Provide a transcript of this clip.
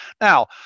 Now